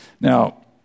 Now